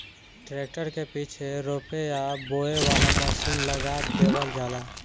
tractor के पीछे रोपे या बोवे वाला मशीन लगा देवल जाला